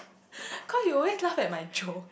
cause you always laugh at my joke